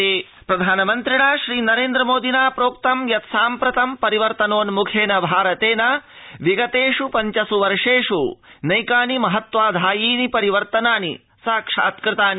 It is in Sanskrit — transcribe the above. प्रधानमन्त्रीगोष्ठी प्रधानमन्त्रिणा नरेन्द्र मोदिना प्रोक्तं यत् साम्प्रतं परिवर्तनोन्म्खेन भारतेन विगतेष् पञ्चस् वर्षेष् नैकानि महत्त्वाधायि परिवर्तनानि साक्षात्कृतानि